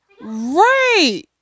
Right